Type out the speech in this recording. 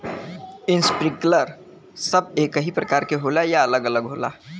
Sprinkler सब एकही प्रकार के होला या अलग अलग होला?